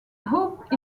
hope